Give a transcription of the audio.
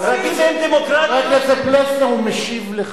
חבר הכנסת פלסנר, הוא משיב לך.